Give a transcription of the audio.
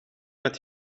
met